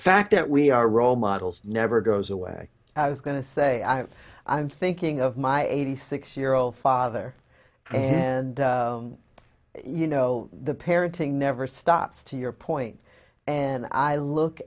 fact that we are role models never goes away i was going to say i have i'm thinking of my eighty six year old father and you know the parenting never stops to your point and i look